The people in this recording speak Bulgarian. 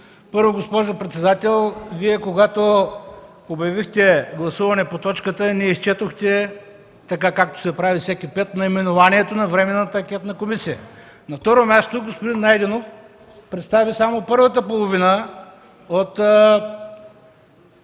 Първо, госпожо председател, Вие, когато обявихте гласуване по точката, не изчетохте, както се прави всеки път, наименованието на временната анкетна комисия. На второ място, господин Найденов представи само първата половина от